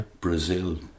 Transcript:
Brazil